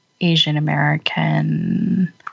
Asian-American